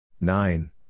Nine